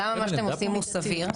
למה מה שאתם עושים הוא סביר.